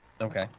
Okay